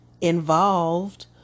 involved